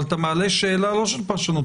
אבל אתה מעלה שאלה לא של פרשנות,